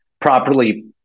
properly